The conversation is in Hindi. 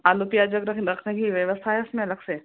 आलू प्याज रखने की व्यवस्था है उसमें अलग से